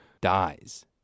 dies